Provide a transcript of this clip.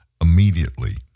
immediately